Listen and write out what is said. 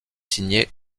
signé